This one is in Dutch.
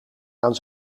aan